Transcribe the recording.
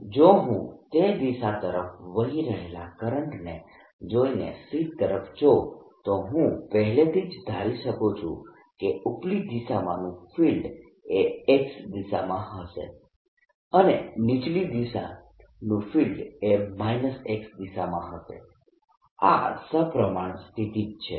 જો હું તે જ દિશા તરફ વહી રહેલા કરંટને જોઈને શીટ તરફ જોઉં તો હું પહેલેથી જ ધારી શકું છું કે ઉપલી દિશામાંનું ફિલ્ડ એ X દિશામાં હશે અને નીચલી દિશાનું ફિલ્ડ એ X દિશામાં હશે આ સપ્રમાણ સ્થિતિ જ છે